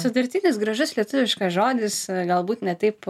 sudurtinis gražus lietuviškas žodis galbūt ne taip